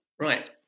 right